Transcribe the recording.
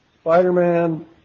Spider-Man